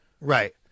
Right